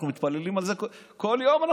אנחנו מתפללים לזה כל יום,